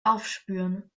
aufspüren